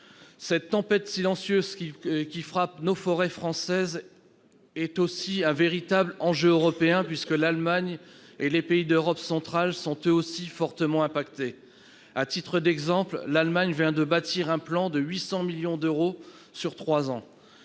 Cette tempête silencieuse qui frappe nos forêts françaises est aussi un véritable enjeu européen, puisque l'Allemagne et les pays d'Europe centrale sont eux aussi fortement touchés. À titre d'exemple, l'Allemagne vient de concevoir un plan de 800 millions d'euros sur trois ans.